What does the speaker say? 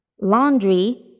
Laundry